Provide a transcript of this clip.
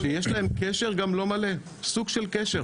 אמת, שיש להם קשר גם לא מלא, סוג של קשר.